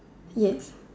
yes